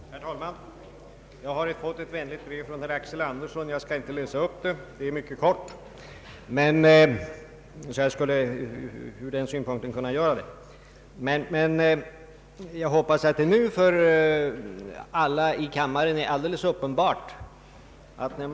Herr talman! Jag har fått ett vänligt brev från herr Axel Andersson, men fastän det är mycket kort skall jag inte läsa upp det. Emellertid hoppas jag att en sak nu står klar för alla i kammaren.